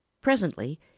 presently